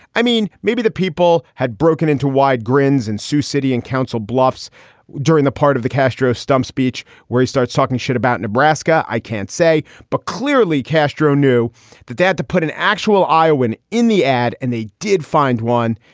i mean, maybe the people had broken into wide grins in sioux city and council bluffs during the part of the castro stump speech where he starts talking shit about nebraska. i can't say. but clearly castro knew that to put an actual iowan in the ad. and they did find one.